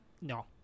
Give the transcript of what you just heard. No